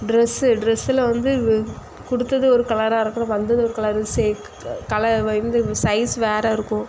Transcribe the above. dress ட்ரெஸ்ஸில் வந்து கொடுத்தது ஒரு கலராக இருக்கும் வந்தது ஒரு கலரு சேக் கலர் இந்த சைஸ் வேறு இருக்கும்